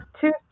two